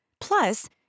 Plus